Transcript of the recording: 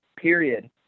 period